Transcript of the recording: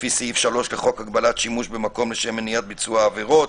ולפי סעיף 3 לחוק הגבלת שימוש במקום לשם מניעת ביצוע עבירות,